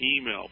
email